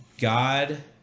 God